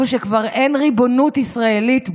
איפה שכבר אין ריבונות ישראלית בכלל,